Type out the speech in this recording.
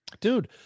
dude